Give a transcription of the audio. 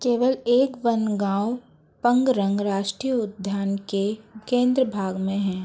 केवल एक वन गाँव पगरंग राष्ट्रीय उद्यान के केंद्र भाग में है